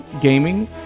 gaming